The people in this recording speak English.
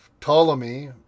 Ptolemy